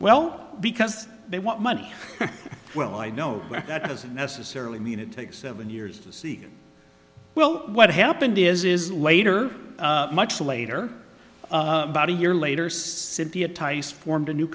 well because they want money well i know that doesn't necessarily mean it takes seven years to see well what happened is is later much later about a year later cynthia tice formed a new